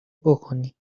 بکنی